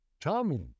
Tommy